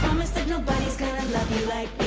i said nobody's gonna love me like